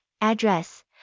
Address